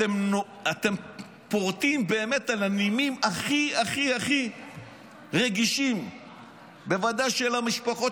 אתם פורטים באמת על הנימים הכי הכי רגישים בוודאי של המשפחות,